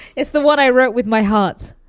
it's the what i wrote with my heart.